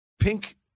pink